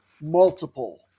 multiple